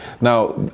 Now